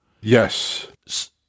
Yes